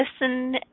listen